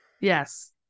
yes